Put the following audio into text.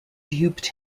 duped